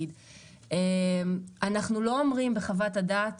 אנחנו לא אומרים בחוות הדעת